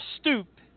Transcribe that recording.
stoop